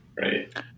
right